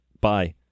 Bye